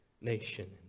nation